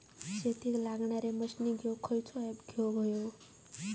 शेतीक लागणारे मशीनी घेवक खयचो ऍप घेवक होयो?